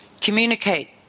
communicate